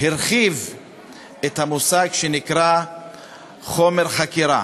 הרחיב את המושג "חומר חקירה",